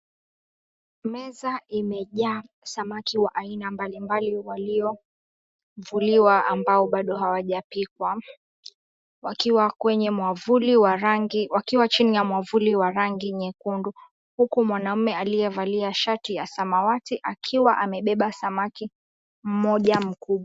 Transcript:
Meza imejaa samaki wa aina mbalimbali waliovuliwa, ambao bado hawajapikwa. Wakiwa chini ya mwavuli wa rangi nyekundu. Huku mwanaume aliyevalia shati ya samawati, akiwa amebeba samaki mmoja mkubwa.